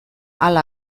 hala